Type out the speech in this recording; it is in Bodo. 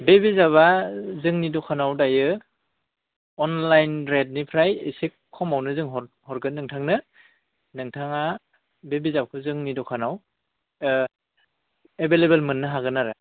बे बिजाबा जोंनि दखानाव दायो अनलाइन रेटनिफ्राय एसे खमावनो जों हरगोन नोंथांनो नोंथाङा बे बिजाबखौ जोंनि दखानाव एभेलेबेल मोननो हागोन आरो